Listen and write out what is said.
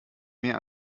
mehr